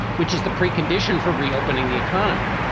which is the precondition for reopening the economy.